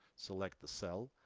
select the cell,